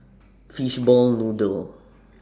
Fishball Noodle